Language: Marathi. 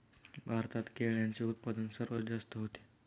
भारतात केळ्यांचे उत्पादन सर्वात जास्त होते